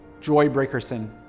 joy brickerson.